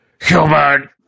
human